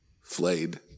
flayed